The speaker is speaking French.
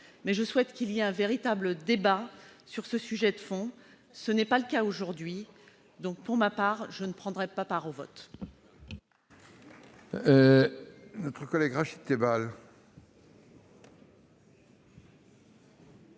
tous, je souhaite que nous ayons un véritable débat sur ce sujet de fond. Ce n'est pas le cas aujourd'hui. Pour ma part, je ne prendrai pas part au vote.